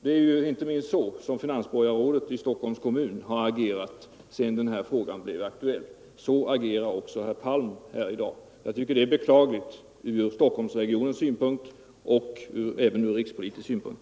Det är ju inte minst så som finansborgarrådet i Stockholms kommun har agerat sedan frågan blev aktuell, och så agerar också herr Palm här i dag. Jag tycker att detta är beklagligt ur Stockholmsregionens synpunkt.